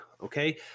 okay